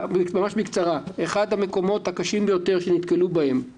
אחד המקומות הקשים ביותר שנתקלו בהם